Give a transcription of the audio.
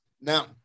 now